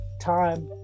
time